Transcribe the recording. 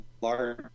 large